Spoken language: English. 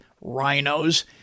Rhinos